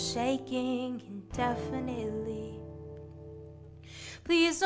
shaking definitely please